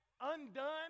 undone